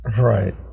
right